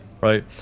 Right